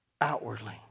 outwardly